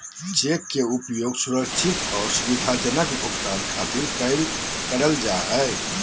cheque के उपयोग सुरक्षित आर सुविधाजनक भुगतान खातिर करल जा हय